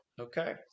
Okay